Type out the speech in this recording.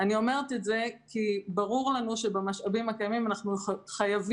אני אומרת את זה כי ברור לנו שבמשאבים הקיימים אנחנו חייבים